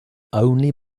only